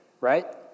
right